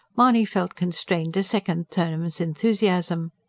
mahony felt constrained to second turnham's enthusiasm.